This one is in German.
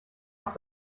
aus